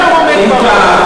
אני עניתי לחברי.